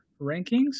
rankings